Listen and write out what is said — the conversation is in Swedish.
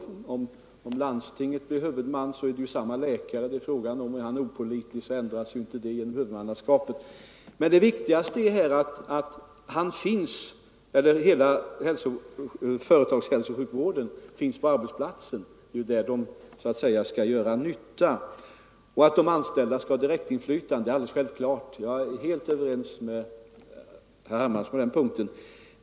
Även om landstinget blir huvudman är det ju fråga om en och samma läkare, och är han opålitlig, blir inte förhållandet annorlunda genom att huvudmannaskapet ändras. Det viktigaste är emellertid att hela företagshälsovården knyts till arbetsplatsen, eftersom det är där den skall göra nytta. Att de anställda skall ha direktinflytande är självklart; jag är helt överens med herr Hermansson på den punkten.